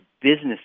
business